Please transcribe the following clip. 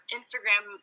Instagram